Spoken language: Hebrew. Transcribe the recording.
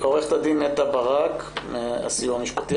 עו"ד נטע ברק מהסיוע המשפטי.